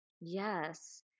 Yes